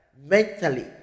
mentally